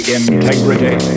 integrity